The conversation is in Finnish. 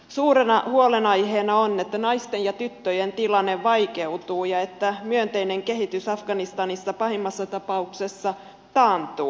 suurena huolenaiheena on että naisten ja tyttöjen tilanne vaikeutuu ja että myönteinen kehitys afganistanissa pahimmassa tapauksessa taantuu